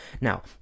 Now